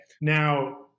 Now